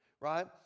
Right